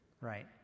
Right